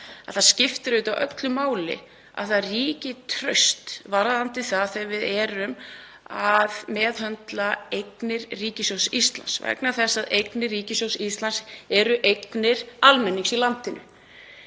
að það skiptir auðvitað öllu máli að traust ríki þegar við erum að meðhöndla eignir ríkissjóðs Íslands, vegna þess að eignir ríkissjóðs Íslands eru eignir almennings í landinu.